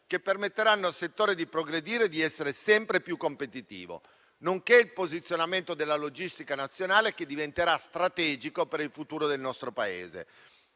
che permetteranno al settore di progredire e di essere sempre più competitivo. Vi è poi il posizionamento della logistica nazionale, che diventerà strategico per il futuro del nostro Paese.